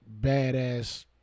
badass